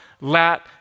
let